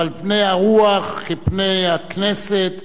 אבל פני הרוח כפני הכנסת,